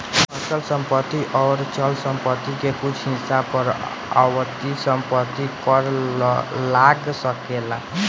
अचल संपत्ति अउर चल संपत्ति के कुछ हिस्सा पर आवर्ती संपत्ति कर लाग सकेला